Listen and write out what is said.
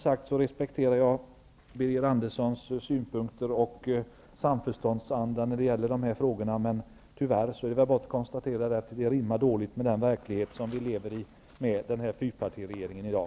Jag respekterar Birger Anderssons synpunkter och samförståndsanda när det gäller dessa frågor. Men tyvärr är det bara att konstatera att de rimmar illa med den verklighet vi i dag lever i, med den fyrpartiregering vi har.